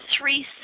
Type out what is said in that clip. three